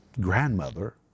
grandmother